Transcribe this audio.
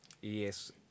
Yes